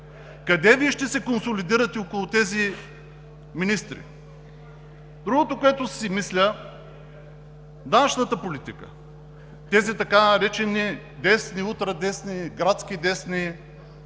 Къде Вие ще се консолидирате около тези министри? Другото, което си мисля – данъчната политика. Тези така наречени десни, ултрадесни, градски десни,